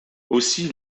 aussi